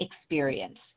experience